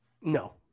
No